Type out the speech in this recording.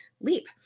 leap